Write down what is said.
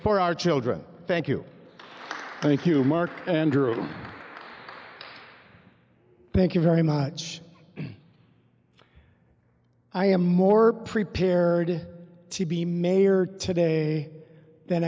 for our children thank you thank you mark thank you very much i am more prepared to be mayor today than